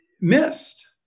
missed